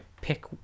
pick